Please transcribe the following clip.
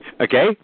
Okay